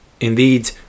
Indeed